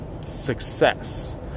success